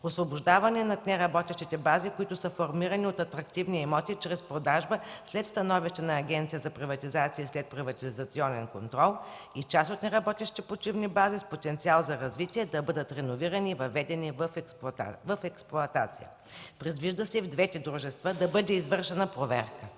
освобождаване от неработещите бази, които са формирани от атрактивни имоти чрез продажба след становище на Агенцията за приватизация и след приватизационен контрол и част от неработещите почивни бази с потенциал за развитие, да бъдат реновирани и въведени в експлоатация. Предвижда се в двете дружества да бъде извършена проверка.